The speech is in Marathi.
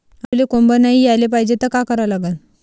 आलूले कोंब नाई याले पायजे त का करा लागन?